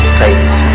face